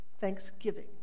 thanksgiving